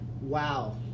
Wow